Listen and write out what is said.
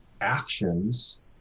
actions